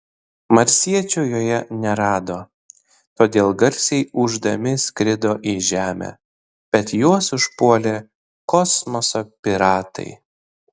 marsiečių joje nerado todėl garsiai ūždami skrido į žemę bet juos užpuolė kosmoso piratai